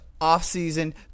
off-season